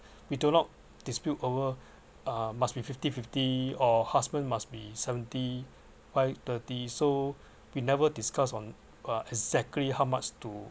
we do not dispute over uh must be fifty fifty or husband must be seventy wife thirty so we never discuss on uh exactly how much to